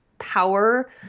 Power